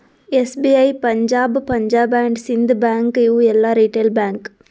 SBI, Punjab, Punjab and Sind bank ಇವು ಎಲ್ಲಾ retail bank